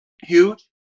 Huge